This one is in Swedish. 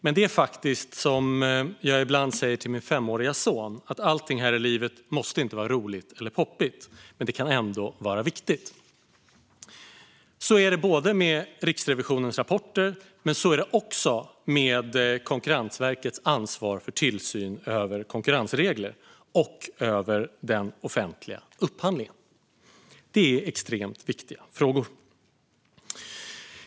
Men det är faktiskt så som jag ibland säger till min femåriga son: Allt här i livet måste inte vara roligt eller poppigt. Det kan ändå vara viktigt. Så är det både med Riksrevisionens rapporter och med Konkurrensverkets ansvar för tillsyn över konkurrensregler och över den offentliga upphandlingen. Det är extremt viktiga frågor.